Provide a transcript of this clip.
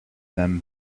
them